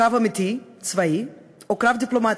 קרב אמיתי, צבאי, או קרב דיפלומטי?